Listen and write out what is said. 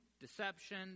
deception